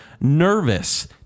nervous